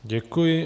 Děkuji.